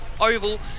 Oval